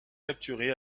capturé